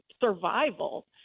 survival